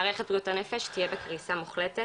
מערכת בריאות הנפש תהיה בקריסה מוחלטת.